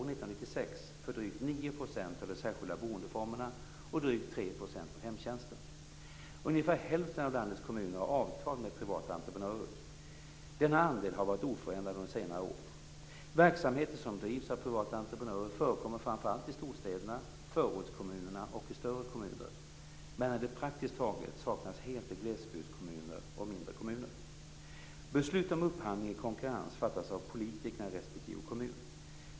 9 % av de särskilda boendeformerna och drygt 3 % av hemtjänsten. Ungefär hälften av landets kommuner har avtal med privata entreprenörer. Denna andel har varit oförändrad under senare år. Verksamheter som drivs av privata entreprenörer förekommer framför allt i storstäderna, förortskommunerna och i större kommuner, medan de praktiskt taget saknas helt i glesbygdskommuner och mindre kommuner. Beslut om upphandling i konkurrens fattas av politikerna i respektive kommun.